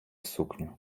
сукню